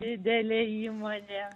didelė įmonė